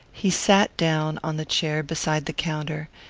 he sat down on the chair beside the counter,